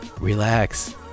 Relax